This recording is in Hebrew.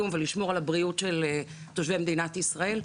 ולשמור על הבריאות של תושבי מדינת ישראל,